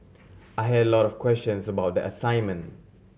I had a lot of questions about the assignment